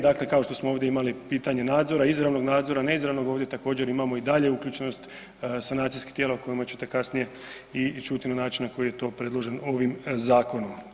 Dakle, kao što smo imali pitanje nadzora, izravnog nadzora, neizravnog, ovdje također imamo i dalje uključenost sanacijskih tijela o kojima ćete kasnije i čuti na način na koji je to predloženo ovim zakonom.